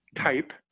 type